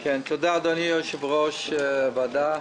תודה, אדוני יושב-ראש הוועדה,